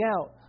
out